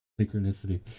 synchronicity